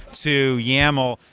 to yaml,